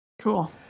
Cool